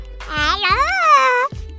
Hello